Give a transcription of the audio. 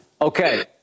Okay